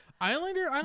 Islander